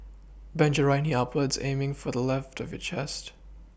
bend your right knee upwards aiming for the left of your chest